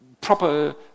proper